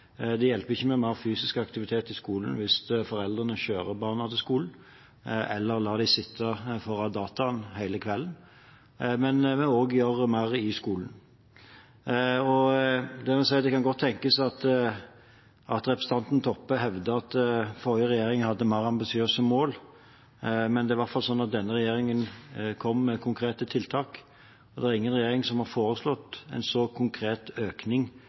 Det hjelper ikke med mer fysisk aktivitet i skolen hvis foreldrene kjører barna til skolen eller lar dem sitte foran dataen hele kvelden. Men vi må også gjøre mer i skolen. Representanten Toppe hevdet at forrige regjering hadde mer ambisiøse mål – det kan godt tenkes – men det er iallfall slik at denne regjeringen kom med konkrete tiltak. Det er ingen regjering som har foreslått en så konkret økning